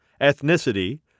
ethnicity